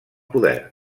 poder